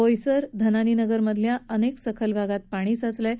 बोईसर धनानी नगर मधल्या अनेक सखल भागांत पाणी साचलंय